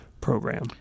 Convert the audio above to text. program